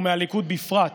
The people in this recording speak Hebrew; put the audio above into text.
ומהליכוד בפרט,